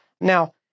Now